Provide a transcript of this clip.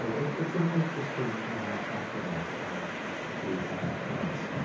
it's an interesting aftermath to conant's